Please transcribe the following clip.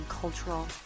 cultural